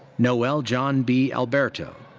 noel john b. alberto.